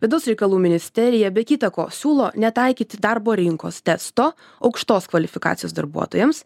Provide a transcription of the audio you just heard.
vidaus reikalų ministerija be kita ko siūlo netaikyti darbo rinkos testo aukštos kvalifikacijos darbuotojams